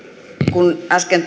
kun äsken